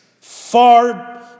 far